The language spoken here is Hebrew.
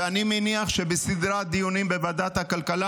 ואני מניח שבסדרת דיונים בוועדת הכלכלה